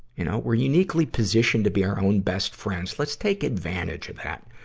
you know. we're uniquely positioned to be our own best friends. let's take advantage of that.